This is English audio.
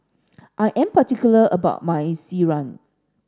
I am particular about my Sireh